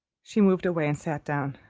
she moved away and sat down.